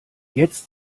jetzt